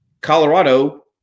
Colorado